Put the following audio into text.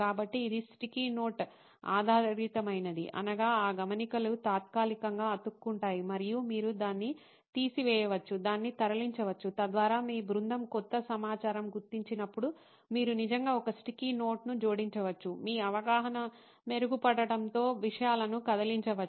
కాబట్టి ఇది sticky note ఆధారితమైనది అనగా ఆ గమనికలు తాత్కాలికంగా అతుక్కుంటాయి మరియు మీరు దాన్ని తీసివేయవచ్చు దాన్ని తరలించవచ్చు తద్వారా మీ బృందం కొత్త సమాచారం గుర్తించినప్పుడు మీరు నిజంగా ఒక స్టిక్కీ నోట్ను జోడించవచ్చు మీ అవగాహన మెరుగుపడటంతో విషయాలను కదిలించవచ్చు